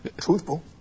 Truthful